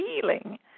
feeling